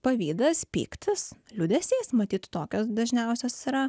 pavydas pyktis liūdesys matyt tokios dažniausios yra